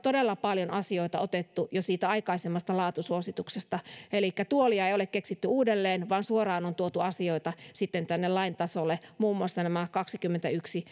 todella paljon asioita jo siitä aikaisemmasta laatusuosituksesta elikkä tuolia ei ole keksitty uudelleen vaan suoraan on tuotu asioita lain tasolle muun muassa nämä kaksikymmentäyksi